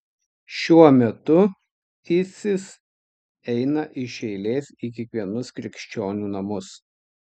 šiuo metu isis eina iš eilės į kiekvienus krikščionių namus